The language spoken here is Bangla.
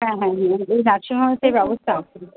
হ্যাঁ হ্যাঁ হ্যাঁ এই নার্সিং হোমের তো এই ব্যবস্থা